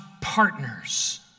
partners